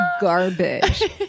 garbage